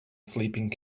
sleeping